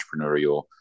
entrepreneurial